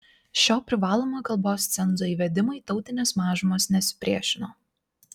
šio privalomo kalbos cenzo įvedimui tautinės mažumos nesipriešino